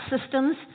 systems